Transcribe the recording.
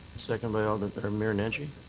seconded by um mayor nenshi.